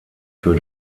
für